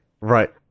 right